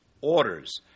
orders